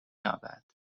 یابد